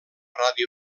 ràdio